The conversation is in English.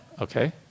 Okay